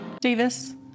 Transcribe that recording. Davis